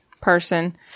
person